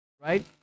Right